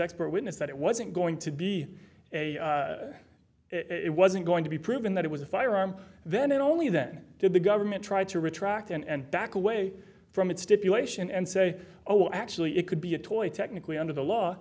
expert witness that it wasn't going to be a it wasn't going to be proven that it was a firearm then and only then did the government tried to retract and back away from it stipulation and say oh actually it could be a toy technically under the law